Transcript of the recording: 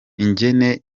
ingene